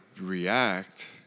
react